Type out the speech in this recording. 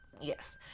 Yes